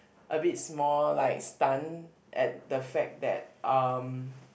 a bit small like stun at the fact that um